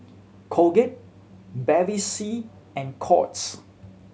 Colgate Bevy C and Courts